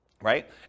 right